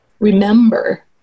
remember